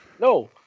no